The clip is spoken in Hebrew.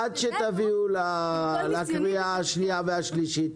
עד שתגיעו לקריאה השנייה והשלישית,